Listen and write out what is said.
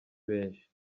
benshi